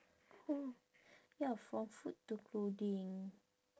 oh ya from food to clothing